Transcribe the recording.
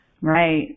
Right